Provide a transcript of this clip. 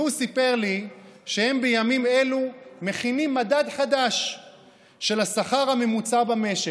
והוא סיפר לי שהם בימים אלו מכינים מדד חדש של השכר הממוצע במשק,